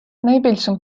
найбільшим